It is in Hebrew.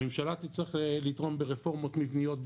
הממשלה תצטרך לתרום ברפורמות מבניות,